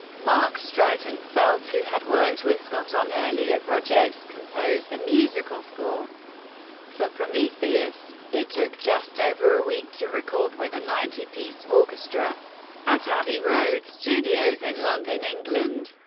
marc streitenfeld, who had worked with scott on earlier projects, composed the musical score for prometheus. it took just over a week to record with a ninety piece orchestra at abbey road studios in london, england.